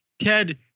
Ted